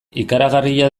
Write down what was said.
ikaragarria